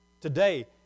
Today